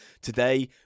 today